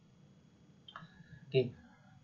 okay